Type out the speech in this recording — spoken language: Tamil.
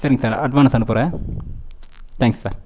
சரிங்க சார் அட்வான்ஸ் அனுப்புகிறேன் தேங்க்ஸ் சார்